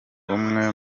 umwe